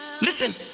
listen